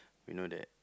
we know that